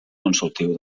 consultiu